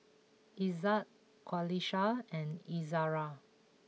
Izzat Qalisha and Izara